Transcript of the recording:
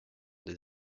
des